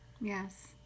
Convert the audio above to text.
Yes